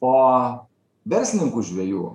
o verslininkų žvejų